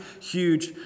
huge